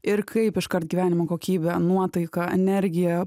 ir kaip iškart gyvenimo kokybė nuotaika energija